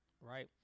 Right